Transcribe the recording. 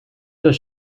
does